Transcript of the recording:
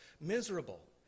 miserable